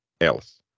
else